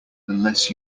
unless